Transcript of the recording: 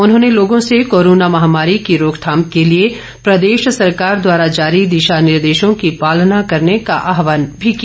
उन्होंने लोगों से कोरोना महामारी की रोकथाम के लिए प्रदेश सरकार द्वारा जारी दिशा निर्देशों की पालना करने का आहवान भी किया